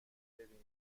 ببینن